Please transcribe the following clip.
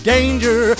Danger